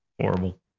Horrible